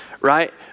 right